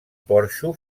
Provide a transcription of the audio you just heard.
porxo